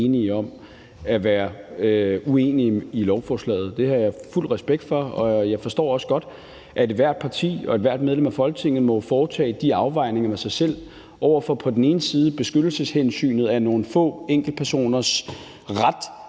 enige om at være uenige i lovforslaget. Det har jeg fuld respekt for. For det andet forstår jeg også godt, at ethvert parti og ethvert medlem af Folketinget må foretage de afvejninger med sig selv over for på den ene side beskyttelseshensynet af nogle få enkeltpersoners ret